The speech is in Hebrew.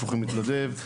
ששולחים מתנדב.